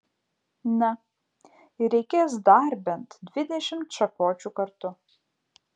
na ir reikės dar bent dvidešimt šakočių kartu